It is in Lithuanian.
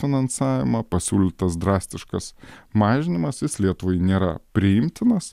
finansavimą pasiūlytas drastiškas mažinimas jis lietuvai nėra priimtinas